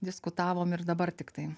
diskutavom ir dabar tiktai